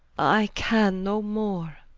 i can no more.